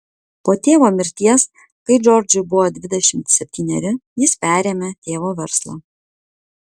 po tėvo mirties kai džordžui buvo dvidešimt septyneri jis perėmė tėvo verslą